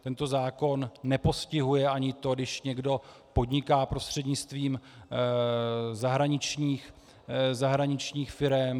Tento zákon nepostihuje ani to, když někdo podniká prostřednictvím zahraničních firem.